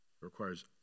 requires